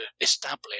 establish